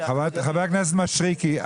חבר הכנסת מישרקי,